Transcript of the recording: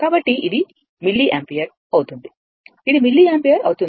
కాబట్టి ఇది మిల్లియాంపియర్ అవుతుంది ఇది మిల్లియాంపియర్ అవుతుంది